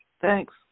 Thanks